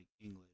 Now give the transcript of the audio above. English